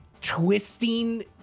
twisting